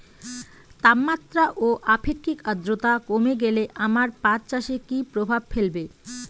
তাপমাত্রা ও আপেক্ষিক আদ্রর্তা কমে গেলে আমার পাট চাষে কী প্রভাব ফেলবে?